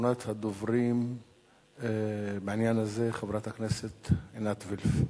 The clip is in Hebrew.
אחרונת הדוברים בעניין הזה, חברת הכנסת עינת וילף.